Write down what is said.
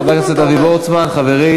אדוני סגן השר, חבר הכנסת אבי וורצמן, חברי.